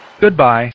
Goodbye